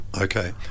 Okay